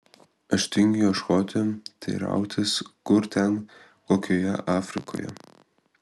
aš tingiu ieškoti teirautis kur ten kokioje afrikoje